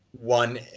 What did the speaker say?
one